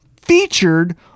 featured